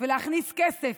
ולהכניס כסף